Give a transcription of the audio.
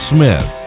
Smith